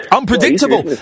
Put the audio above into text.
Unpredictable